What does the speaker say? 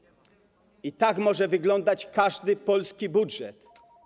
I tak może wyglądać każdy polski budżet.